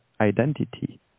identity